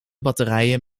batterijen